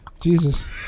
Jesus